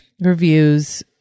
reviews